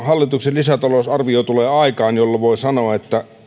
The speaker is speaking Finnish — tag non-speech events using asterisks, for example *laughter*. *unintelligible* hallituksen lisätalousarvio tulee aikaan jolloin voi sanoa että